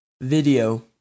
Video